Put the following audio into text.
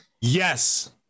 Yes